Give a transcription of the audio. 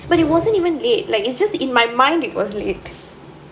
but it wasn't even late it's just in my mind it was late